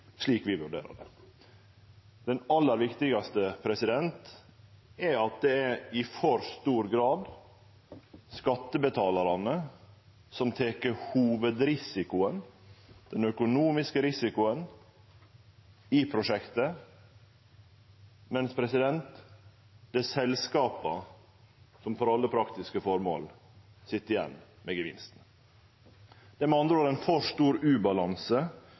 slik vi vurderer det. Det aller viktigaste er at det i for stor grad er skattebetalarane som tek hovudrisikoen, den økonomiske risikoen, i prosjektet, mens det er selskapa som for alle praktiske formål sit igjen med gevinsten. Det er med andre ord ein for stor ubalanse